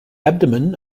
abdomen